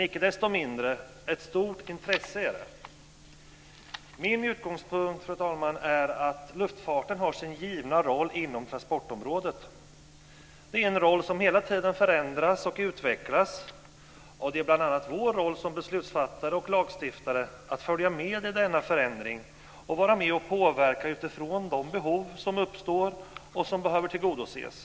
Icke desto mindre är det fråga om ett stort intresse. Min utgångspunkt är, fru talman, den att luftfarten har sin givna roll inom transportområdet. Det är en roll som hela tiden förändras och utvecklas, och vi har som beslutsfattare och lagstiftare att följa med i denna förändring och påverka den utifrån de behov som uppstår och som behöver tillgodoses.